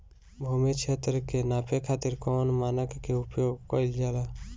भूमि क्षेत्र के नापे खातिर कौन मानक के उपयोग कइल जाला?